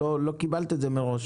קיבלתי את זה מראש.